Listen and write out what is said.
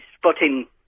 spotting